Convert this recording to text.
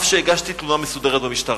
אף שהגשתי תלונה מסודרת במשטרה.